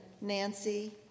Nancy